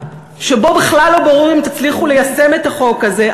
שבו בכלל לא ברור אם תצליחו ליישם את החוק הזה,